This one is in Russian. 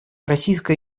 российская